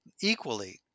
equally